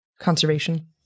conservation